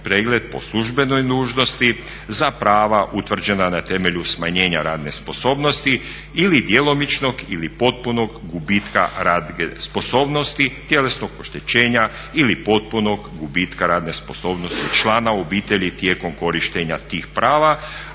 pregled po službenoj dužnosti za prava utvrđena na temelju smanjenja radne sposobnosti ili djelomičnog ili potpunog gubitka radne sposobnosti, tjelesnog oštećenja ili potpunog gubitka radne sposobnosti člana obitelji tijekom korištenja tih prava,